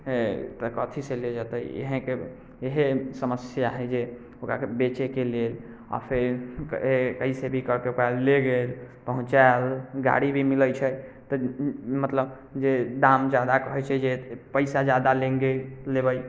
हइ तऽ कथीसँ ले जेतै इएहके इएह समस्या हइ जे ओकरा बेचैके लिए आओर फेर कइसे भी करिके ओकरा ले गेल पहुँचाएल गाड़ी भी मिलै छै तऽ मतलब जे दाम ज्यादा कहै छै जे पइसा ज्यादा लेंगे लेबै